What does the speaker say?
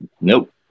Nope